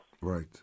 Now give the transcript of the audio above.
Right